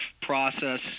process